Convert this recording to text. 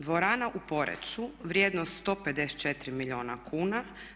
Dvorana u Poreču, vrijednost 154 milijuna kuna.